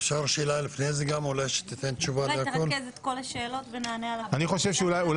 רק נרכז את כל השאלות ונענה עליהן,